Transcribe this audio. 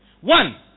One